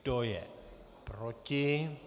Kdo je proti?